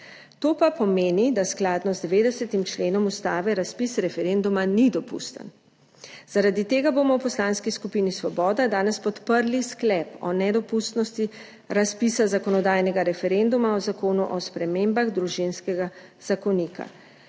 To pa pomeni, da skladno z 90. členom ustave razpis referenduma ni dopusten, zaradi tega bomo v Poslanski skupini Svoboda danes podprli Sklep o nedopustnosti razpisa zakonodajnega referenduma o Zakonu o spremembah Družinskega zakonika.